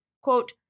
quote